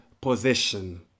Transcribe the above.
possession